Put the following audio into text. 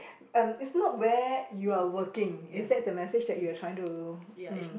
um it's not where you are working it's that the message that your trying to mm